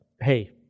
hey